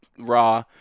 raw